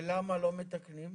ולמה לא מתקנים?